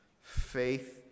faith